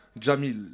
Jamil